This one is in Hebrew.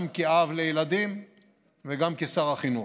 גם כאב לילדים וגם כשר החינוך.